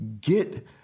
get